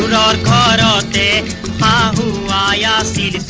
da da da ah da yeah ah da da